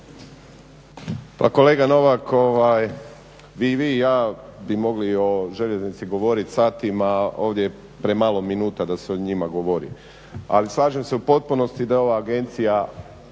kolega Novak, i vi i ja bi mogli o željeznici govoriti satima, ovdje je premalo minuta da se o njima govori. Ali slažem se u potpunosti da je ova agencija,